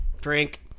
Drink